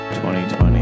2020